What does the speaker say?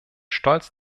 stolz